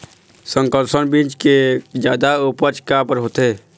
संकर बीज के जादा उपज काबर होथे?